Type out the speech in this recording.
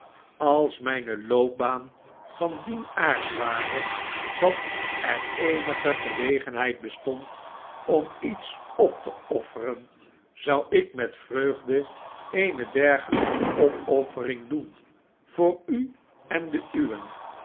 als mjjne loopbaan van dien aard ware dat er eenige gelegenheid bestond om iets op te offeren zou ik met vreugde eene dergehjke opoffering doen voor u en de uwen